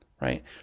right